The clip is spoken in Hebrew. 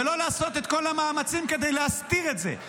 ולא לעשות את כל המאמצים כדי להסתיר את זה.